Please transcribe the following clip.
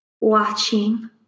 watching